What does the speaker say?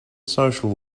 social